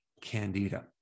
candida